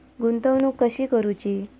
गुंतवणूक कशी करूची?